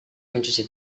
mencuci